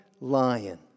lion